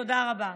תודה רבה.